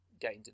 gained